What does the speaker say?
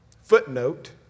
footnote